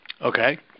Okay